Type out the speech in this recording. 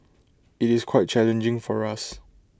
IT is quite challenging for us